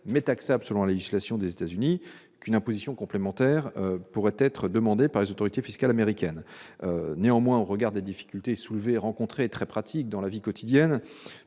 sont taxables selon la législation des États-Unis, qu'une imposition complémentaire pourrait être demandée par les autorités fiscales américaines. Néanmoins, au regard des difficultés très pratiques rencontrées dans la vie quotidienne